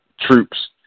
troops